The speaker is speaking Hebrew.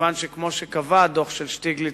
מכיוון שכמו שקבע הדוח של שטיגליץ,